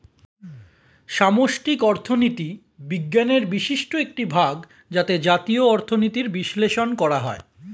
সামষ্টিক অর্থনীতি বিজ্ঞানের বিশিষ্ট একটি ভাগ যাতে জাতীয় অর্থনীতির বিশ্লেষণ করা হয়